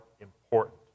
important